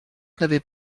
n’avaient